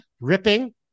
ripping